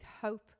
hope